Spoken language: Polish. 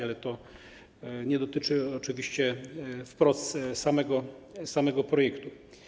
Ale to nie dotyczy oczywiście wprost samego projektu.